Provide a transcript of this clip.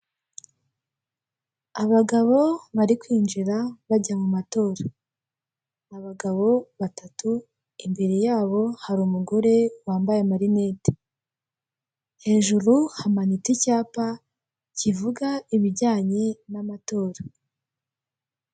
Abagabo bari kwinjira bajya mu matora. Abagabo batatu imbere yabo hari umugore wambaye amarinete. Hejuru hamanitse icyapa kivuga ibijyanye n'amatora.